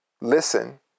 listen